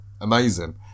Amazing